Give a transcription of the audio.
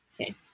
Okay